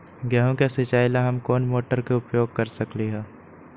गेंहू के सिचाई ला हम कोंन मोटर के उपयोग कर सकली ह?